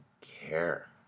care